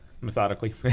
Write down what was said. methodically